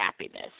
happiness